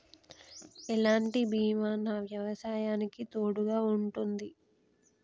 ఎలాంటి బీమా నా వ్యవసాయానికి తోడుగా ఉంటుంది?